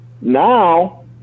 Now